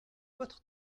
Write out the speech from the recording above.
votre